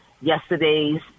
yesterday's